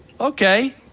okay